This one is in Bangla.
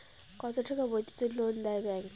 কত টাকা পর্যন্ত লোন দেয় ব্যাংক?